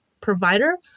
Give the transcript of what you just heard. provider